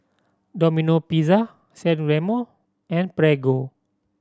Domino Pizza San Remo and Prego